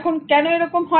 এখন কেন এরকম হয়